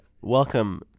Welcome